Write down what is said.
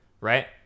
right